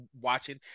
watching